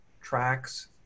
tracks